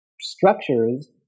structures